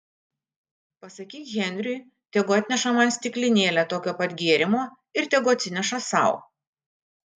pasakyk henriui tegu atneša man stiklinėlę tokio pat gėrimo ir tegu atsineša sau